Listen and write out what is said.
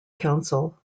council